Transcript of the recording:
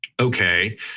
okay